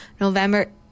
november